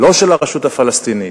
לא של הרשות הפלסטינית,